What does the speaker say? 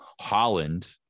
holland